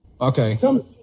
Okay